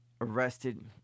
Arrested